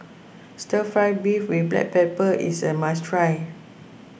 Stir Fry Beef with Black Pepper is a must try